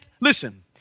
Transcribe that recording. listen